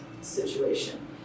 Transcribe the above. situation